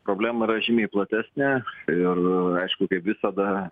problema yra žymiai platesnė ir aišku kaip visada